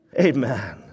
Amen